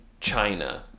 China